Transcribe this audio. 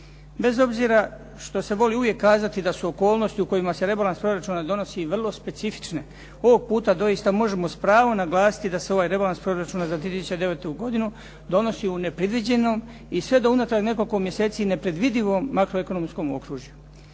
Bez obzira što se voli uvijek kazati da su okolnosti u kojima se rebalans proračuna donosi vrlo specifične, ovog puta doista možemo s pravom naglasiti da se ovaj Rebalans proračuna za 2009. godinu donosi u nepredviđenom i sve do unatrag nekoliko mjeseci nepredvidivom makroekonomskom okružju.